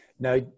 Now